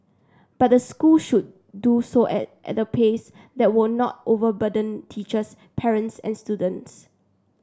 but the school should do so at at a pace that would not overly burden teachers parents and students